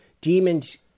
demons